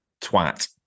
twat